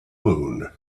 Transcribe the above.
moon